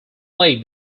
lake